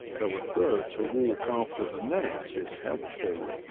though a third to walk after the net is helpful.